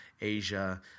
Asia